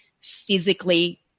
physically